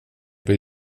bli